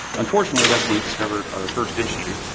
unfortunately, that is when we discovered our first issue,